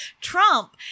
Trump